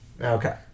Okay